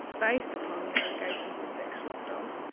based upon the allegations of sexual assault.